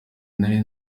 nari